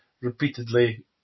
repeatedly